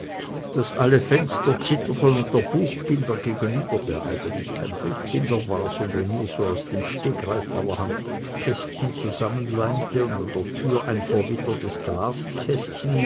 daß alle fenster zitterten und der buchbinder gegenüber der eigentlich kein buchbinder war sondern nur so aus dem stegreif allerhand pappkästchen zusammenleimte und an der türe ein verwittertes